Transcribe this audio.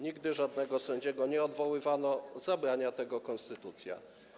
Nigdy żadnego sędziego nie odwoływano, zabrania tego konstytucja.